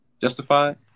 Justified